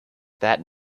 that